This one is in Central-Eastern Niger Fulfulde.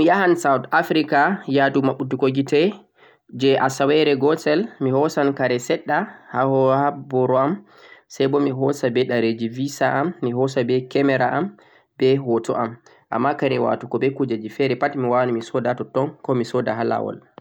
to mi yahan South Africa, yaadu maɓɓitugo gite jee asawe're gootel, mi hoosan kare seɗɗa ha ha boro am, say bo mi hoosa be ɗereeji bisa am, mi hoosa be camera am, be hoto am, ammaa kare watugo be kuujeeeji feere pat mi waawan mi sooda ha totton, ko mi sooda ha laawol.